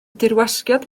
dirwasgiad